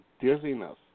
dizziness